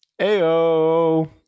Ayo